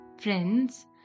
Friends